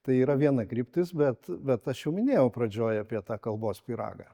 tai yra viena kryptis bet bet aš jau minėjau pradžioj apie tą kalbos pyragą